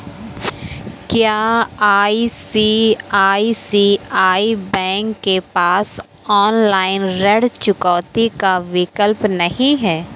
क्या ICICI bank के पास ऑनलाइन ऋण चुकौती का विकल्प नहीं है?